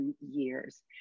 years